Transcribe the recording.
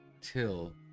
till